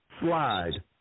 Slide